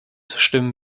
stimmen